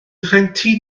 rhentu